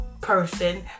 person